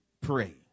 pray